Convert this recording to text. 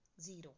zero